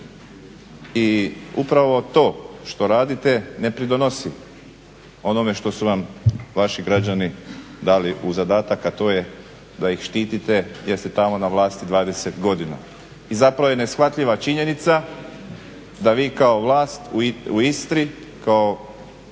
i upravo to što radite ne pridonosi onome što su vam vaši građani dali u zadatak, a to je da ih štitite jer ste tamo na vlasti 20 godina. I zapravo je neshvatljiva činjenica da vi kao vlast u Istri, kao